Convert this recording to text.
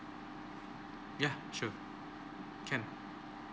yeah sure can